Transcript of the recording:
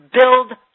build